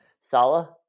Salah